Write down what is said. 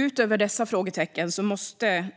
Utöver detta måste